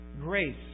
grace